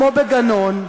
כמו בגנון,